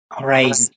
Right